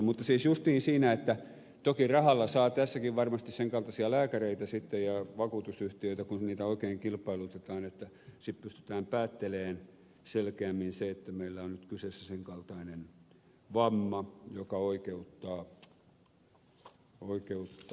mutta siis justiin tässäkin toki rahalla saa varmasti sen kaltaisia lääkäreitä sitten ja vakuutusyhtiöitä kun niitä oikein kilpailutetaan että sitten pystytään päättelemään selkeämmin se että meillä on nyt kyseessä sen kaltainen vamma joka oikeuttaa korvauksiin